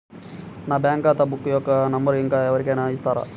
నా బ్యాంక్ ఖాతా బుక్ యొక్క నంబరును ఇంకా ఎవరి కైనా ఇస్తారా?